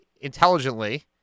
intelligently